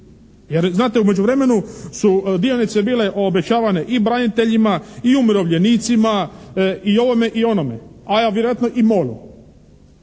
Jer znate, u međuvremenu su dionice bile obećavane i braniteljima i umirovljenicima, i ovome i onome, a vjerojatno i MOL-u.